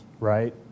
right